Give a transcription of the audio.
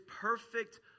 perfect